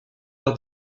leur